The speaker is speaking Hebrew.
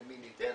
למי ניתן,